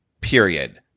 Period